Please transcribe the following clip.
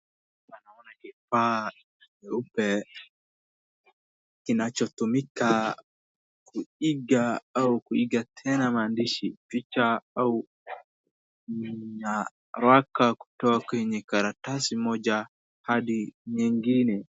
Hapa naona kifaa cheupe kinachotumika kuiga au kuiga tena maandishi picha au nyaraka kutoka kwenye karatasi moja hadi nyingine.